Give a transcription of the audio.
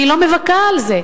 אני לא מבכה על זה.